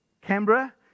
Canberra